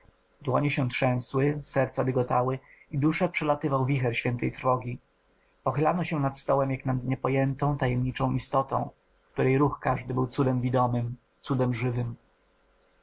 dłonie się trzęsły serca dygotały i duszę przelatywał wicher świętej trwogi pochylano się nad stołem jak nad niepojętą tajemniczą istotą której ruch każdy był cudem widomym cudem żywym